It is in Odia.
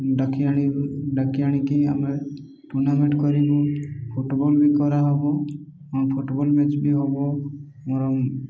ଡାକି ଆଣ ଡାକି ଆଣିକି ଆମେ ଟୁର୍ଣ୍ଣାମେଣ୍ଟ କରିବୁ ଫୁଟବଲ୍ ବି କରାହବ ଆ ଫୁଟବଲ୍ ମ୍ୟାଚ୍ ବି ହବ ମୋର